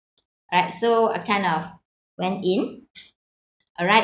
alright so I kind of went in alright